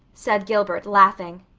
said gilbert, laughing,